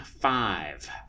five